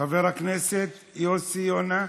חבר הכנסת יוסי יונה,